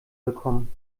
bekommen